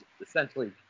essentially –